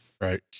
right